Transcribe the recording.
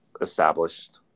established